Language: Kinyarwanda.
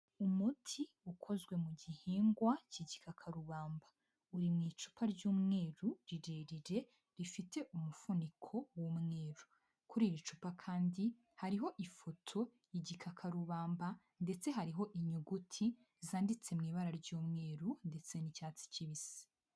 Umuti ukozwe mu gihingwa k'igikarubamba uri mu icupa ry'umweru rirerire rifite umufuniko w'umweru, kuri iri cupa kandi hariho ifoto igikakarubamba ndetse hariho inyuguti zanditse mu ibara ry'umweru ndetse n'icyatsi kibisi.